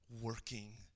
working